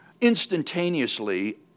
instantaneously